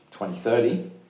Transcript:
2030